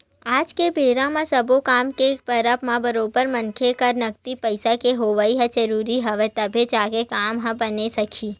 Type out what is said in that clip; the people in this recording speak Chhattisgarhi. आज के बेरा म सब्बो काम के परब म बरोबर मनखे करा नगदी पइसा के होवई ह जरुरी हवय तभे जाके काम ह बने सकही